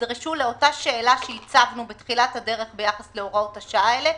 נדרשו לאותה שאלה שהצגנו בתחילת הדרך ביחס להוראות השעה האלה,